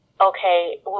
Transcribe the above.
okay